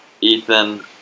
Ethan